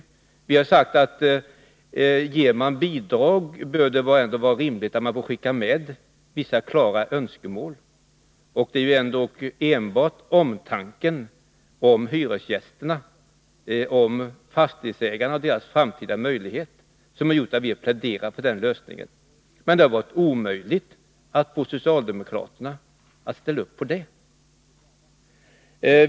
Men vi har sagt att ger man bidrag, bör det vara rimligt att man får skicka med vissa klara önskemål. Det är ändock embart omtanken om hyresgästernas och fastighetsägarnas framtida möjligheter som gjort att vi pläderat för den lösningen. Men det har varit omöjligt att få socialdemokraterna att ställa upp på detta.